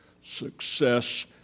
success